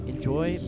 Enjoy